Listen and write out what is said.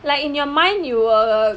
like in your mind you err